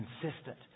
consistent